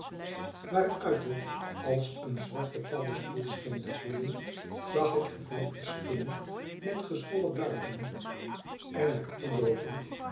waaruit het als een zwarte paddenstoel scheen te groeien zag ik gevlekte spinnen met gezwollen buiken